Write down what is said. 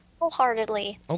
Wholeheartedly